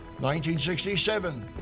1967